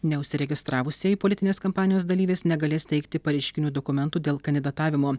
neužsiregistravusieji politinės kampanijos dalyviais negalės teikti pareiškinių dokumentų dėl kandidatavimo